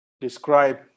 describe